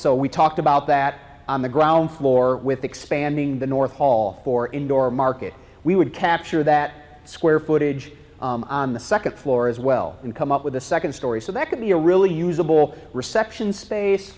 so we talked about that on the ground floor with expanding the north hall for indoor market we would capture that square footage on the second floor as well and come up with a second story so that could be a really usable reception space